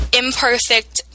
imperfect